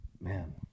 man